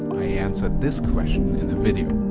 i answered this question in a video,